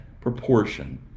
proportion